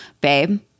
Babe